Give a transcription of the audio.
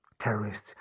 terrorists